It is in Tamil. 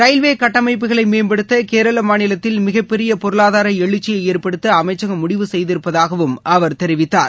ரயில்வே கட்டமைப்புகளை மேம்படுத்த கேரள மாநிலத்தில் மிகப்பெரிய பொருளாதார எழுச்சியை ஏற்படுத்த அமைச்சகம் முடிவு செய்திருப்பதாகவும் அவர் தெரிவித்தார்